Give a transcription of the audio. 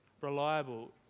reliable